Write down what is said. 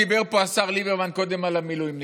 דיבר פה השר ליברמן על המילואימניקים.